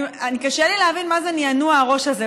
קשה לי להבין מה זה נענוע הראש הזה.